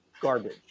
garbage